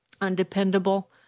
undependable